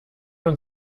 und